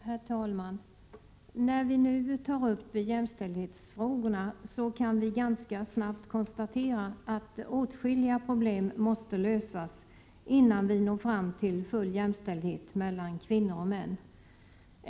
Herr talman! När vi nu tar upp jämställdhetsfrågorna kan vi ganska snabbt konstatera att åtskilliga problem måste lösas innan vi når fram till full jämställdhet mellan kvinnor och män.